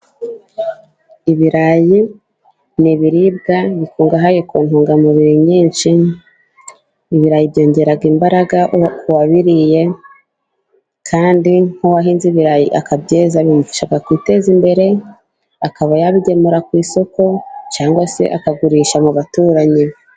Ibirayi ni ibibiribwa bikungahaye ku ntungamubiri nyinshi, ibirayi byongera imbaraga ku wabiriye kandi nk'uwahinze ibirayi akabyeza bimufasha kwiteza imbere, akaba yabigemura ku isoko cyangwa se akagurisha mu baturanyi be.